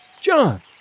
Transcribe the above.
John